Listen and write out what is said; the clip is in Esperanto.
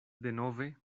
denove